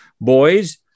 boys